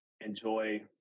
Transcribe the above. enjoy